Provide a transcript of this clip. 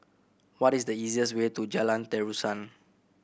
what is the easiest way to Jalan Terusan